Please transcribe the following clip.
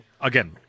again